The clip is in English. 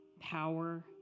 power